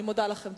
אני מודה לכם.